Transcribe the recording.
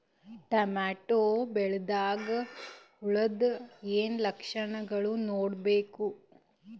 Tomato ಬೆಳಿದಾಗ್ ಹುಳದ ಏನ್ ಲಕ್ಷಣಗಳು ನೋಡ್ಬೇಕು?